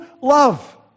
love